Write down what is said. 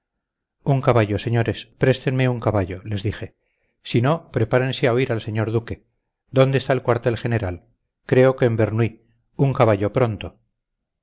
un caballo señores préstenme un caballo les dije si no prepárense a oír al señor duque dónde está el cuartel general creo que en bernuy un caballo pronto